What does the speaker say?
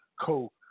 coke